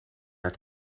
het